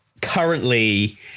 currently